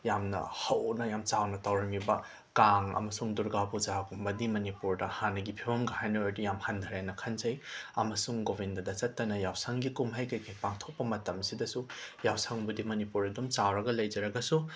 ꯌꯥꯝꯅ ꯍꯧꯅ ꯌꯥꯝꯅ ꯆꯥꯎꯅ ꯇꯧꯔꯝꯃꯤꯕ ꯀꯥꯡ ꯑꯃꯁꯨꯡ ꯗꯨꯔꯒꯥ ꯄꯨꯖꯥꯒꯨꯝꯕꯗꯤ ꯃꯅꯤꯄꯨꯔꯗ ꯍꯥꯟꯅꯒꯤ ꯐꯤꯕꯝꯒ ꯍꯥꯏꯅꯔꯨꯔꯗꯤ ꯌꯥꯝꯅ ꯍꯟꯊꯔꯦꯅ ꯈꯟꯖꯩ ꯑꯃꯁꯨꯡ ꯒꯣꯕꯤꯟꯗꯗ ꯆꯠꯇꯅ ꯌꯥꯎꯁꯪꯒꯤ ꯀꯨꯝꯍꯩ ꯀꯩ ꯀꯩ ꯄꯥꯡꯊꯣꯛꯄ ꯃꯇꯝꯁꯤꯗꯁꯨ ꯌꯥꯎꯁꯪꯕꯨꯗꯤ ꯃꯅꯤꯄꯨꯔꯗ ꯑꯗꯨꯝ ꯆꯥꯎꯔꯒ ꯂꯩꯖꯔꯒꯁꯨ